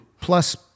plus